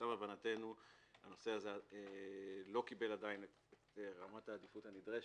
למיטב הבנתנו הנושא הזה לא קיבל עדיין את רמת העדיפות הנדרשת.